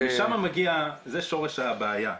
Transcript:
זו שורש הבעיה.